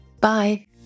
Bye